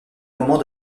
moment